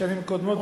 בשנים קודמות,